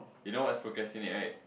you know what's procrastinate right